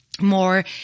more